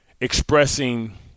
expressing